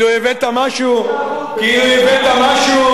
לא התלהבות, כאילו הבאת משהו